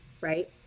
right